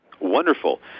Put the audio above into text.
Wonderful